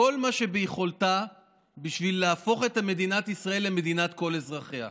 כל מה שביכולתה בשביל להפוך את מדינת ישראל למדינת כל אזרחיה.